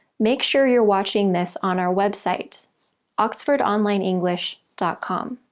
make sure you're watching this on our website oxford online english dot com.